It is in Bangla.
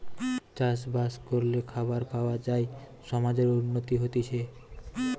চাষ বাস করলে খাবার পাওয়া যায় সমাজের উন্নতি হতিছে